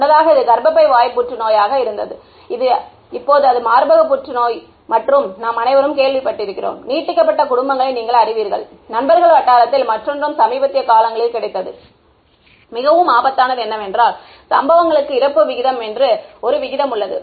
முன்னதாக இது கர்ப்பப்பை வாய்ப் புற்றுநோயாக இருந்தது இப்போது அது மார்பக புற்றுநோய் மற்றும் நாம் அனைவரும் கேள்விப்பட்டிருக்கிறோம் நீட்டிக்கப்பட்ட குடும்பங்களை நீங்கள் அறிவீர்கள் நண்பர்கள் வட்டத்தில் மற்றொன்றும் சமீபத்திய காலங்களில் கிடைத்தது மிகவும் ஆபத்தானது என்னவென்றால் சம்பவங்களுக்கு இறப்பு என்று ஒரு விகிதம் உள்ளது